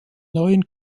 neuen